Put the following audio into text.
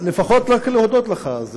לפחות רק להודות לך.